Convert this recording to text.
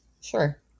sure